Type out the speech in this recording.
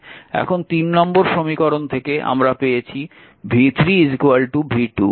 এখন নম্বর সমীকরণ থেকে আমরা পেয়েছি v3 v2